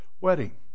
wedding